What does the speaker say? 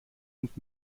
und